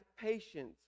patience